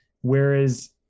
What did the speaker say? Whereas